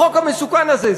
החוק המסוכן הזה.